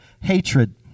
Hatred